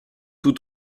tous